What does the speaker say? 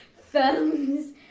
phones